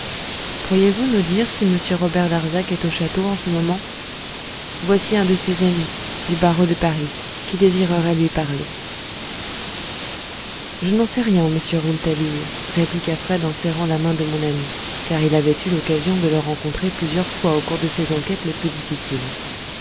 pourriez-vous nous dire si m robert darzac est au château en ce moment voici un de ses amis du barreau de paris qui désirerait lui parler je n'en sais rien monsieur rouletabille répliqua fred en serrant la main de mon ami car il avait eu l'occasion de le rencontrer plusieurs fois au cours de ses enquêtes les plus difficiles